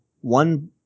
one